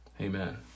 Amen